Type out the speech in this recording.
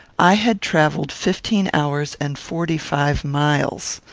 i had travelled fifteen hours and forty-five miles.